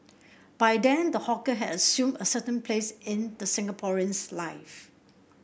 by then the hawker had assumed a certain place in the Singaporean's life